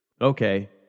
Okay